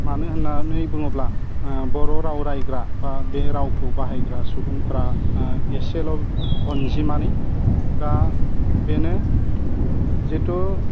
मानो होन्नानै बुङोब्ला बर' राव रायग्रा बा बे रावखौ बाहायग्रा सुबुंफ्रा एसेल' अनजिमानि दा बेनो जिथु